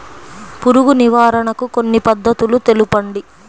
పురుగు నివారణకు కొన్ని పద్ధతులు తెలుపండి?